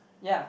ya